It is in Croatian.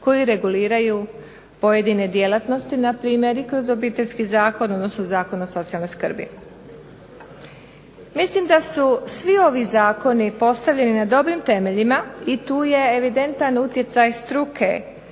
koji reguliraju pojedine djelatnosti npr. i kroz Obiteljski zakon, odnosno Zakon o socijalnoj skrbi. Mislim da su svi ovi zakoni postavljeni na dobrim temeljima, i tu je evidentan utjecaj struke